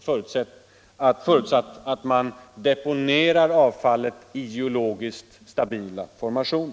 förutsatt att man deponerar avfallet i geologiskt stabila formationer.